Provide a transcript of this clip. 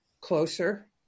closer